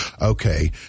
okay